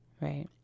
right